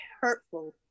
hurtful